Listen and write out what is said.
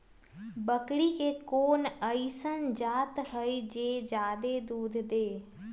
बकरी के कोन अइसन जात हई जे जादे दूध दे?